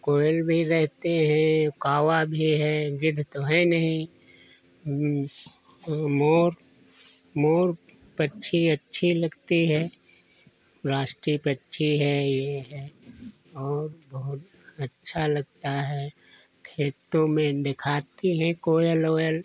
कोयल भी रहते हैं और कौआ भी हैं गिद्ध तो हैं नहीं मोर पक्षी अच्छी लगता है राष्ट्रीय पक्षी है यह और बहुत अच्छा लगता है खेतों में दिखती है कोयल ओयल